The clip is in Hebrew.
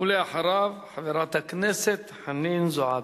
לאחריו, חברת הכנסת חנין זועבי.